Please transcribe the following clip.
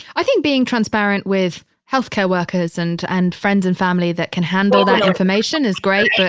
i think being transparent with healthcare workers and and friends and family that can handle that information is great.